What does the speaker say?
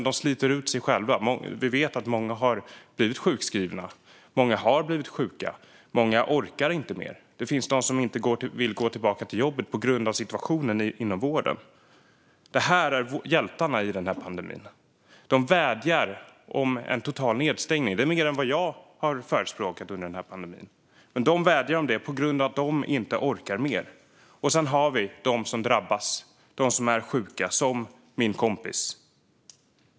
De sliter ut sig själva. Vi vet att många har blivit sjukskrivna. Många har blivit sjuka. Många orkar inte mer. Det finns de som inte vill gå tillbaka till jobbet på grund av situationen inom vården. Det här är hjältarna i pandemin, och de vädjar om en total nedstängning. Det är mer än vad jag har förespråkat under pandemin. De vädjar om det på grund av att de inte orkar mer. Och sedan har vi dem som drabbas, dem som är sjuka, som min kompis.